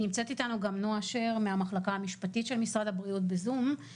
נמצאת איתנו גם נועה שר מהמחלקה המשפטית של משרד הבריאות בזום,